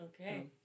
Okay